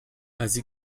así